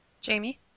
Jamie